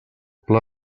pla